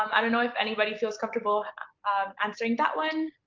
i don't know if anybody feels comfortable um answering that one.